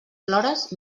plores